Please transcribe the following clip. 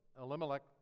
Elimelech